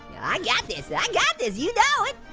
i got this, yeah i got this, you know it!